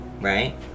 right